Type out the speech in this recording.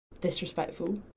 disrespectful